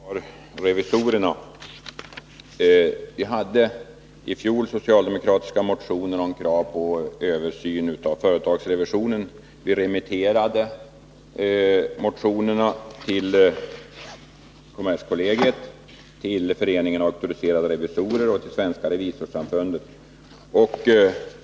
Fru talman! Först några ord om revisorerna. Det väcktes i fjol socialdemokratiska motioner med krav på översyn av företagsrevisionen. Vi remitterade motionerna till kommerskollegium, till Föreningen Auktoriserade revisorer och till Svenska revisorssamfundet.